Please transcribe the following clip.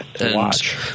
watch